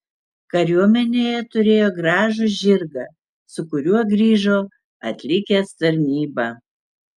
kariuomenėje turėjo gražų žirgą su kuriuo grįžo atlikęs tarnybą